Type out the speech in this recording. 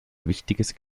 wichtiges